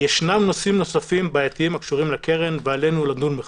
"ישנם נושאים נוספים בעייתיים הקשורים לקרן ועלינו לדון בכך".